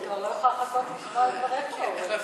אני כבר לא יכולה לחכות לשמוע את דבריך, אורן.